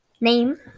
name